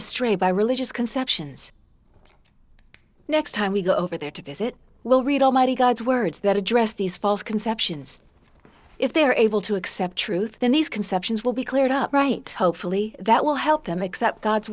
astray by religious conceptions next time we go over there to visit will read almighty god's words that address these false conceptions if they are able to accept truth then these conceptions will be cleared up right hopefully that will help them accept god's